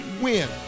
win